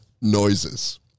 noises